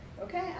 Okay